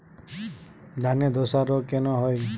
ধানে ধসা রোগ কেন হয়?